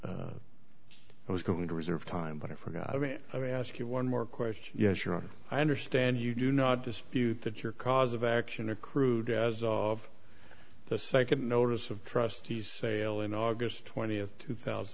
but it was going to reserve time but i forgot i mean i may ask you one more question yes you're on i understand you do not dispute that your cause of action or crude as of the second notice of trustees sail in august twentieth two thousand